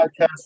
podcast